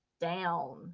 down